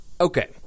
Okay